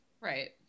right